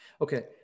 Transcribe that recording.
Okay